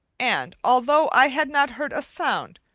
and, although i had not heard a sound,